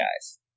guys